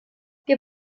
wir